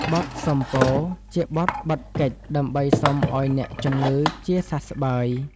បទសុំពរ ជាបទបិទកិច្ច ដើម្បីសុំឱ្យអ្នកជំងឺជាសះស្បើយ។